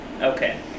okay